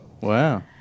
Wow